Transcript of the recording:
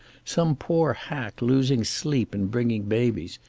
some poor hack, losing sleep and bringing babies.